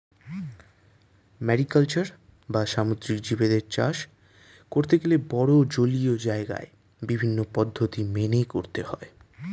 mariculture বা সামুদ্রিক জীবদের চাষ করতে গেলে বড়ো জলীয় জায়গায় বিভিন্ন পদ্ধতি মেনে করতে হয়